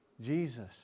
Jesus